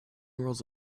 rolls